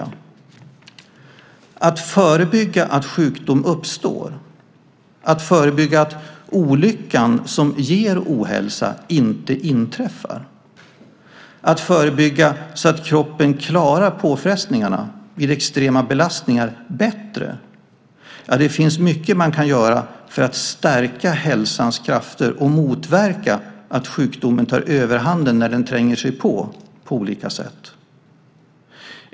Det kan gälla att förebygga att sjukdom uppstår, att förebygga att olyckan som ger ohälsa inte inträffar, att förebygga så att kroppen klarar påfrestningarna vid extrema belastningar bättre - ja, det finns mycket man kan göra för att stärka hälsans krafter och motverka att sjukdomen tar överhanden när den på olika sätt tränger sig på.